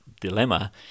dilemma